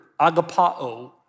agapao